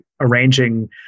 arranging